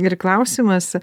ir klausimas